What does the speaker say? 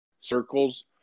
circles